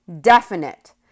definite